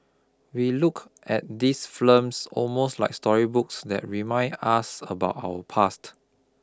we look at these films almost like storybooks that remind us about our past